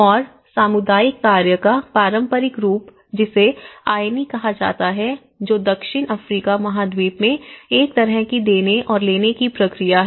और सामुदायिक कार्य का पारंपरिक रूप जिसे आयनी कहा जाता है जो दक्षिण अफ्रीका महाद्वीप में एक तरह की देने और लेने की प्रक्रिया है